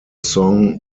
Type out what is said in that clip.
song